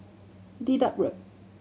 Dedap Road